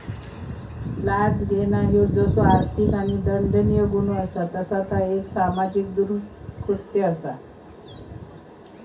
लाच घेणा ह्यो जसो आर्थिक आणि दंडनीय गुन्हो असा तसा ता एक सामाजिक दृष्कृत्य असा